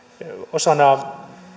osana